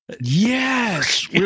Yes